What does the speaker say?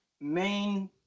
main